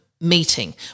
meeting